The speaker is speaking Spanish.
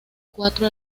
cuatro